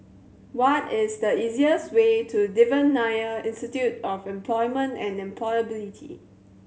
what is the easiest way to Devan Nair Institute of Employment and Employability